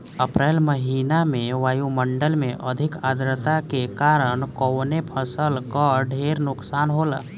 अप्रैल महिना में वायु मंडल में अधिक आद्रता के कारण कवने फसल क ढेर नुकसान होला?